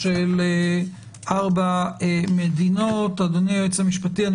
(תיקון), התשפ"ב-2021.